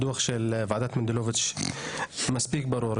הדוח של ועדת מנדלוביץ' מספיק ברור,